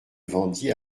vendit